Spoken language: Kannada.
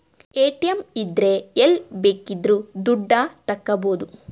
ಎ.ಟಿ.ಎಂ ಇದ್ರೆ ಎಲ್ಲ್ ಬೇಕಿದ್ರು ದುಡ್ಡ ತಕ್ಕಬೋದು